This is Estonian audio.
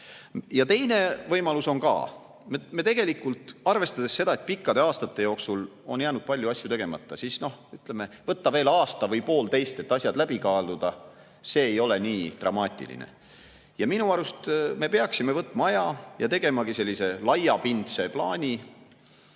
Teine võimalus on tegelikult ka. Arvestades seda, et pikkade aastate jooksul on jäänud palju asju tegemata, võiks võtta veel aasta või poolteist, et asjad läbi kaaluda. See ei ole nii dramaatiline. Minu arust me peaksime võtma aja ja tegema sellise laiapindse plaani.